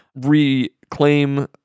reclaim